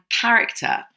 character